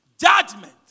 Judgment